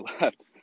left